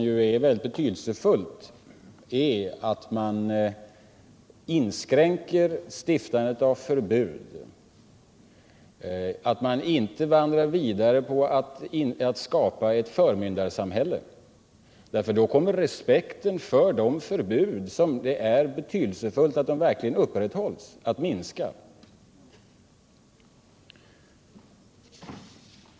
Men betydelsefullt är att man inskränker införandet av förbud, att man inte vandrar vidare för att skapa ett förmyndarsamhälle, för då kommer respekten att minska för de förbud som verkligen behöver upprätthållas.